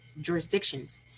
jurisdictions